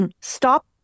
stop